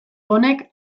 honek